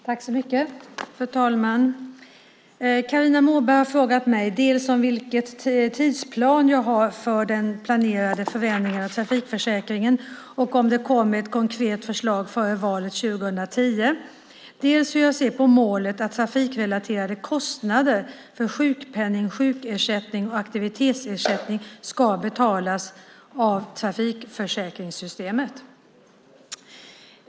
Fru talman! Carina Moberg har frågat mig dels vilken tidsplan jag har för den planerade förändringen av trafikförsäkringen och om det kommer ett konkret förslag före valet 2010, dels hur jag ser på målet att trafikrelaterade kostnader för sjukpenning, sjukersättning och aktivitetsersättning ska betalas av trafikförsäkringssystemet.